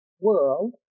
world